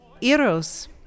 eros